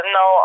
no